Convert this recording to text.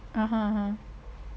(uh huh) (uh huh)